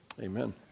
Amen